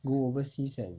go overseas and